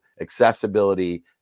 accessibility